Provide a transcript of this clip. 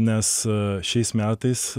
nes šiais metais